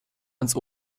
ans